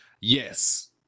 Yes